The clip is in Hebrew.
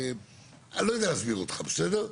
אני לא יודע להסביר אותך, בסדר?